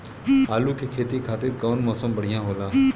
आलू के खेती खातिर कउन मौसम बढ़ियां होला?